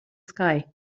sky